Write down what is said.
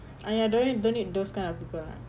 !aiya! don't need don't need those kind of people lah